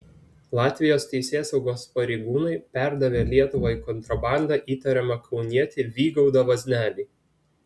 latvijos teisėsaugos pareigūnai perdavė lietuvai kontrabanda įtariamą kaunietį vygaudą vaznelį